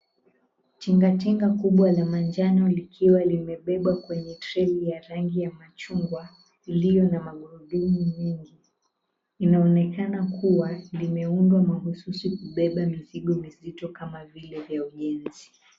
Tingatinga kubwa la manjano likiwa limebebwa kwenye treni ya rangi ya machungwa iliyo na magurudumu mengi. Inaonekana kuwa limeundwa mahususi kubeba mizigo mizito kama vile ya ujenzi.